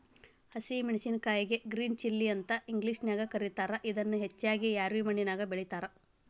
ಹಸಿ ಮೆನ್ಸಸಿನಕಾಯಿಗೆ green chilli ಅಂತ ಇಂಗ್ಲೇಷನ್ಯಾಗ ಕರೇತಾರ, ಇದನ್ನ ಹೆಚ್ಚಾಗಿ ರ್ಯಾವಿ ಮಣ್ಣಿನ್ಯಾಗ ಬೆಳೇತಾರ